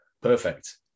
Perfect